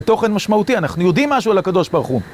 תוכן משמעותי, אנחנו יודעים משהו על הקדוש ברוך הוא.